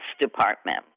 department